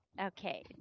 Okay